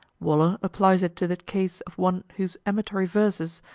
waller applies it to the case of one whose amatory verses,